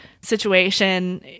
situation